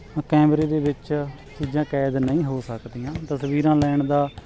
ਕੈਮਰੇ ਦੇ ਵਿੱਚ ਚੀਜ਼ਾਂ ਕੈਦ ਨਹੀਂ ਹੋ ਸਕਦੀਆਂ ਤਸਵੀਰਾਂ ਲੈਣ ਦਾ